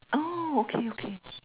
orh okay okay